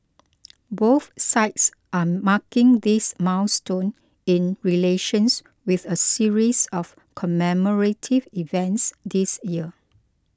both sides are marking this milestone in relations with a series of commemorative events this year